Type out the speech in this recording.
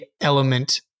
element